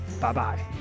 Bye-bye